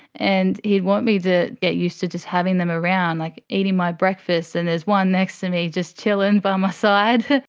and he'd want me to get used to just having them around. like eating my breakfast and there's one next to me, just chillin' by my um side!